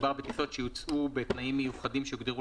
מדובר בטיסות שיוצאו בתנאים מיוחדים שהוגדרו